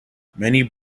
many